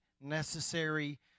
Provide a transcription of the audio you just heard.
necessary